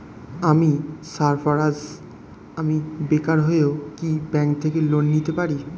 আমি সার্ফারাজ, আমি বেকার হয়েও কি ব্যঙ্ক থেকে লোন নিতে পারি?